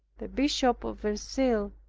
the bishop of verceil,